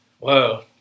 Wow